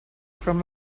from